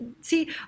see